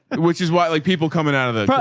which is why like people coming out of the,